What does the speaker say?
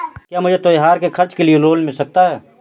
क्या मुझे त्योहार के खर्च के लिए लोन मिल सकता है?